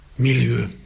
Milieu